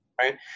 Right